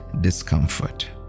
discomfort